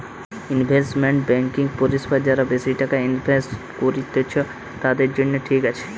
investment banking পরিষেবা যারা বেশি টাকা ইনভেস্ট করত্তিছে, তাদের জন্য ঠিক আছে